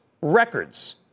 records